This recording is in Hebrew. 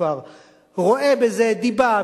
רואה בזה דיבה,